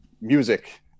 music